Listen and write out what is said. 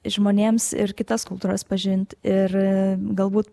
žmonėms ir kitas kultūras pažint ir galbūt